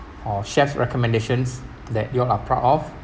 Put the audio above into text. or chef's recommendations that you all are proud of